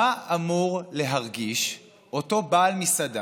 מה אמור להרגיש אותו בעל מסעדה,